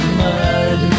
mud